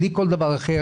בלי כל דבר אחר,